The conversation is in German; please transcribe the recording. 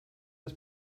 das